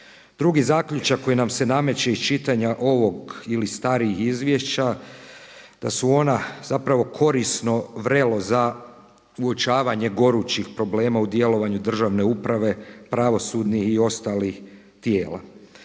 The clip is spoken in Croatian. Drugi zaključak koji nam se nameće iz čitanja ovog ili starijih izvješća da su ona zapravo korisno vrelo za uočavanje gorućih problema u djelovanju državne uprave, pravosudnih i ostalih tijela.